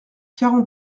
quarante